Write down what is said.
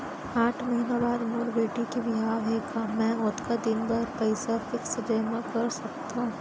आठ महीना बाद मोर बेटी के बिहाव हे का मैं ओतका दिन भर पइसा फिक्स जेमा कर सकथव?